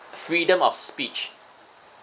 freedom of speech